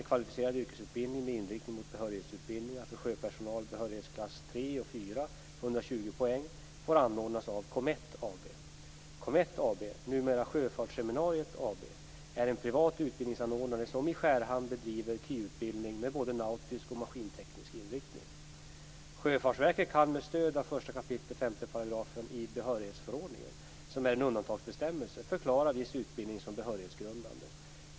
KY-utbildning med både nautisk och maskinteknisk inriktning. Sjöfartsverket kan med stöd av 1 kap. 5 § behörighetsförordningen, som är en undantagsbestämmelse, förklara viss utbildning som behörighetsgrundande.